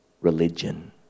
religion